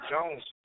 Jones